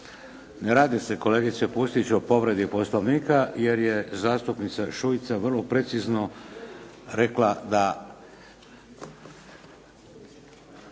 Ne radi se kolegice Pusić o povredi Poslovnika jer je zastupnica Šuica vrlo precizno rekla da